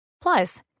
Plus